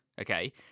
Okay